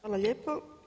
Hvala lijepo.